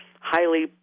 highly